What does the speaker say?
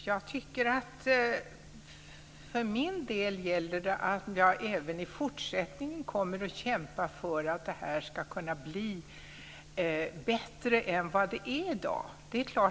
Fru talman! För min del gäller att jag även i fortsättningen kommer att kämpa för att det ska bli bättre i det här avseendet än det är i dag.